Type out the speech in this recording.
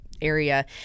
area